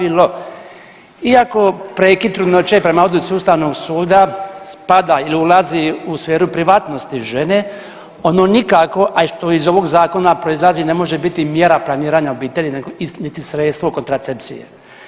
Iako prekid trudnoće prema odluci ustavnog suda spada ili ulazi u sferu privatnosti žene ono nikako, a što i iz ovog zakona proizlazi, ne može biti mjera planiranja obitelji, niti sredstvo kontracepcije.